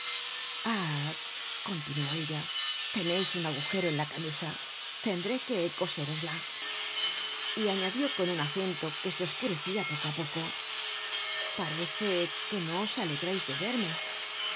continuó ella teneis un agujero en la camisa tendré que cosérosla y añadió con un acento que se oscurecia poco á poco parece que no os alegrais de verme